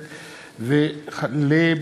בר-לב,